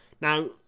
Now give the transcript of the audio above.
Now